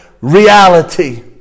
reality